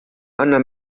anna